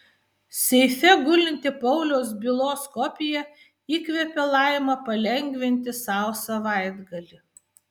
seife gulinti pauliaus bylos kopija įkvepia laimą palengvinti sau savaitgalį